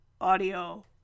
audio